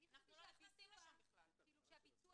אנחנו לא מוסיפים פה שום